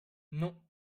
non